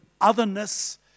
otherness